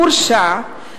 הורשע,